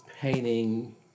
painting